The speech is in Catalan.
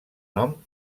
nom